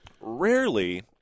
rarely